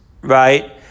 right